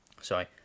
Sorry